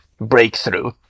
breakthrough